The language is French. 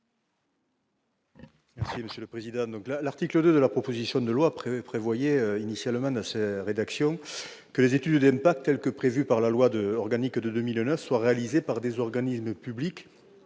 sur l'article. L'article 2 de la proposition de loi prévoyait, dans sa rédaction initiale, que les études d'impact telles que prévues par la loi organique de 2009 soient réalisées par des organismes publics